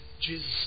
Jesus